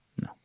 No